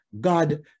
God